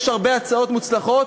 יש הרבה הצעות מוצלחות,